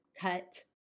cut